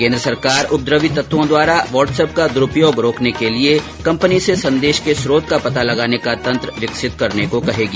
केन्द्र सरकार उपद्रवी तत्वों द्वारा वाट्सएप का द्वरूपयोग रोकने के लिये कम्पनी से संदेश के स्त्रोत का पता लगाने का तंत्र विकसित करने को कहेगी